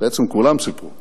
בעצם כולם סיפרו